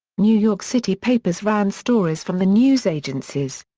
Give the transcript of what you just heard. new york city papers ran stories from the news agencies.